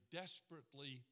desperately